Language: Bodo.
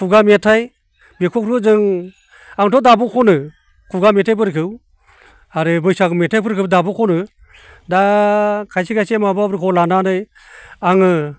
खुगा मेथाइ बेखौनो जों आंथ' दाबो खनो खुगा मेथाइफोरखौ आरो बैसागो मेथाइफोरखौबो दाबो खनो दा खायसे खायसे माबाफोरखौ लानानै आङो